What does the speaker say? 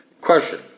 Question